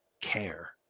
care